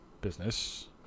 business